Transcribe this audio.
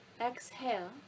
exhale